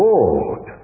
Lord